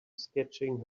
sketching